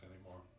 anymore